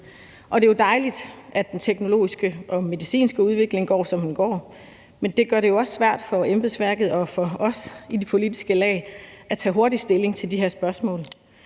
Det er jo dejligt, at den teknologiske og medicinske udvikling går, som den går, men det gør det også svært for embedsværket og for os i det politiske lag at tage hurtigt stilling til de her spørgsmål.